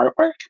artwork